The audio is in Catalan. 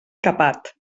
capat